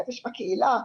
הקהילה,